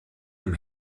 dem